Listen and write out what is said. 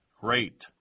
great